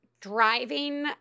driving